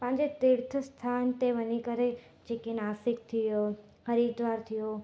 पंहिंजे तीर्थ स्थान ते वञी करे जेके नासिक थी वियो हरिद्वार थी वियो